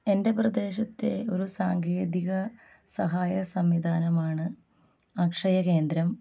എൻ്റെ പ്രദേശത്തെ ഒരു സാങ്കേതിക സഹായ സംവിധാനമാണ് അക്ഷയ കേന്ദ്രം